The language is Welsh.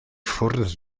ffwrdd